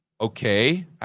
Okay